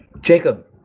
Jacob